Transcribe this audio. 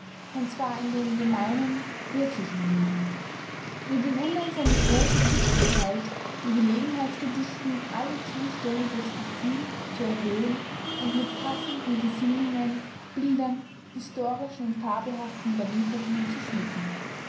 und zwar in dem gemeinen wirklichen leben wir bewundern seine große tüchtigkeit in gelegenheitsgedichten alle zustände durchs gefühl zu erhöhen und mit passenden gesinnungen bildern historischen und fabelhaften überlieferungen zu schmücken